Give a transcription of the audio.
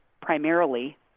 primarily